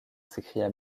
s’écria